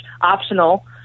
optional